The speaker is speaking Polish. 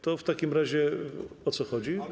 To w takim razie o co chodzi?